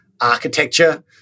architecture